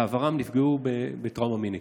בעברן נפגעו מתקיפה מינית.